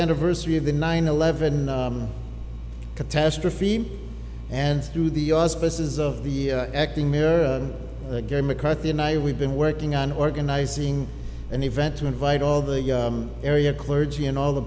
anniversary of the nine eleven catastrophe and through the auspices of the acting mayor again mccarthy and i we've been working on organizing an event to invite all the area clergy and all the